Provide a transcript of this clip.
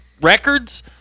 records